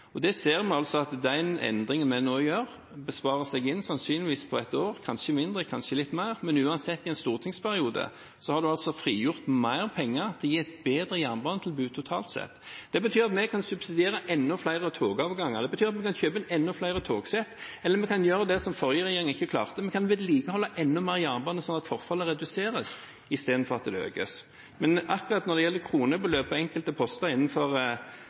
Vi ser at den endringen vi nå gjør, får sin besparelse sannsynligvis innen ett år, kanskje mindre, kanskje litt mer. Men uansett har en altså i en stortingsperiode frigjort mer penger til å gi et bedre jernbanetilbud totalt sett. Det betyr at vi kan subsidiere enda flere togavganger. Det betyr at vi kan kjøpe inn enda flere togsett. Eller vi kan gjøre det som den forrige regjeringen ikke klarte: Vi kan vedlikeholde enda mer jernbane, sånn at forfallet reduseres, istedenfor at det økes. Men akkurat når det gjelder kronebeløp på enkelte poster innenfor